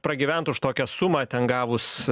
pragyvent už tokią sumą ten gavus